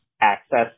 access